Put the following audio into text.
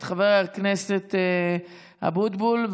את חבר הכנסת אבוטבול.